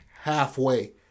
halfway